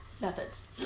Methods